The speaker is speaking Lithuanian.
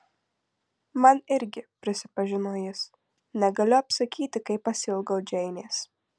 man irgi prisipažino jis negaliu apsakyti kaip pasiilgau džeinės